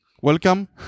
Welcome